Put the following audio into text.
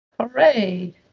Hooray